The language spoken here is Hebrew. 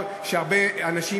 מראש,